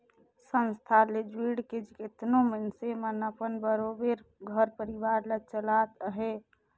संस्था ले जुइड़ के केतनो मइनसे मन अपन बरोबेर घर परिवार ल चलात अहें